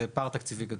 וזה פער תקציבי גדול.